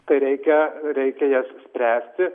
tai reikia reikia jas spręsti